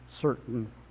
certain